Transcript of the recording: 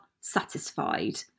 satisfied